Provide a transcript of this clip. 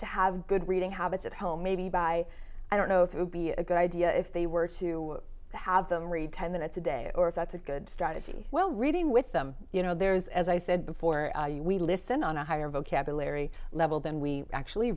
to have good reading habits of hell maybe by i don't know if it would be a good idea if they were to have them read ten minutes a day or if that's a good strategy well reading with them you know there is as i said before we listen on a higher vocabulary level than we actually